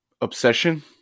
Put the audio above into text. obsession